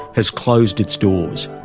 has closed its doors,